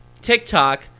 TikTok